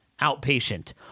outpatient